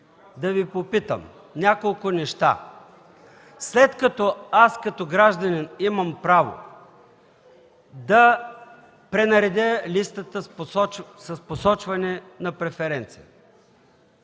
Ще Ви попитам няколко неща. След като аз като гражданин имам право да пренаредя листата с посочване на преференция